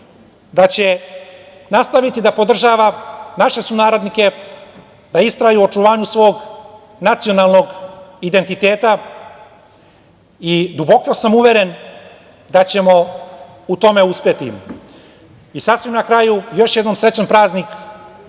da će nastaviti da podržava sunarodnike da istraju u očuvanju svog nacionalnog identiteta. Duboko sam uveren da ćemo u tome uspeti. Sasvim na kraju, još jednom srećan praznik